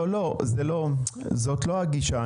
לא, זאת לא הגישה.